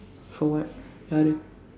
for what